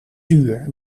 duur